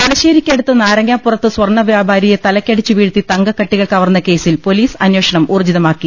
തലശ്ശേരിക്കടുത്ത് നാരങ്ങാപ്പുറത്ത് സ്വർണ്ണ വ്യാപാരിയെ തലക്കടിച്ച് വീഴ്ത്തി തങ്കക്കട്ടികൾ കവർന്ന കേസിൽ പൊലീസ് അന്വേഷണം ഊർജ്ജിതമാക്കി